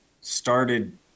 started